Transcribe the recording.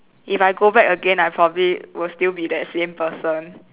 if I go back again I probably will still be that same person